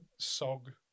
Sog